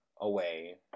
away